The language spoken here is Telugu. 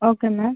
ఓకే మేమ్